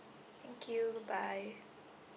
thank you bye